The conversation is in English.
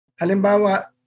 halimbawa